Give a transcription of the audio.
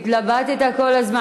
התלבטת כל הזמן.